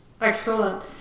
Excellent